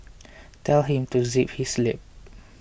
tell him to zip his lip